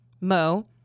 Mo